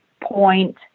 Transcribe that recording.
point